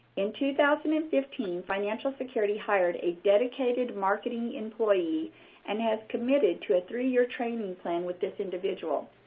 in two thousand and fifteen, financial security hired a dedicated marketing employee and has committed to a three-year training plan with this individual.